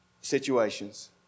situations